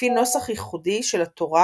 לפי נוסח ייחודי של התורה